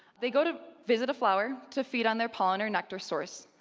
they go to visit a flower to feed on their pollen or nectar source,